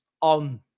on